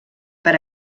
per